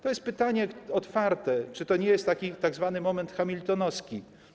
To jest pytanie otwarte: Czy to nie jest tzw. moment hamiltonowski?